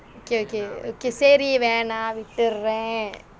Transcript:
okay okay okay சரி வேணாம் விட்டுறேன்:sari vaenaam vitturen